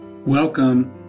Welcome